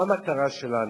מה המטרה שלנו?